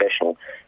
professional